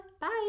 Bye